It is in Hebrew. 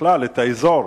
בכלל את האזור.